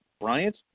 Bryant